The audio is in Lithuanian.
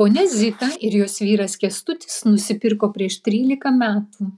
ponia zita ir jos vyras kęstutis nusipirko prieš trylika metų